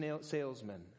salesmen